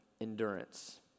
endurance